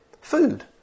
food